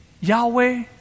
Yahweh